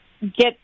get